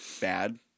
bad